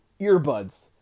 earbuds